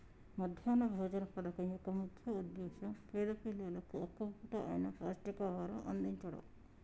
మధ్యాహ్న భోజన పథకం యొక్క ముఖ్య ఉద్దేశ్యం పేద పిల్లలకు ఒక్క పూట అయిన పౌష్టికాహారం అందిచడం